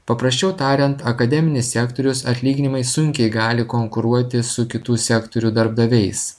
paprasčiau tariant akademinis sektorius atlyginimais sunkiai gali konkuruoti su kitų sektorių darbdaviais